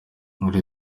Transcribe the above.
muri